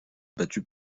battue